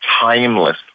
timeless